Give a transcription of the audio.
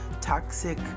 toxic